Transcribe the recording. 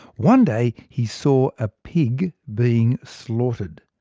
one day, he saw a pig being slaughtered.